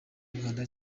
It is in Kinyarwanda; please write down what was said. rwanda